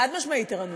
חד-משמעית ערנות.